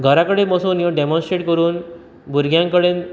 घरा कडेन बसून येवन डॅमोनस्ट्रेट करून भुरग्यान कडेन